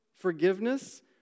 forgiveness